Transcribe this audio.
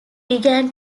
began